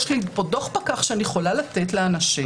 יש לי פה דוח פקח שאני יכולה לתת לאנשים,